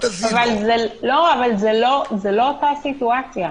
זה לא אותו מצב.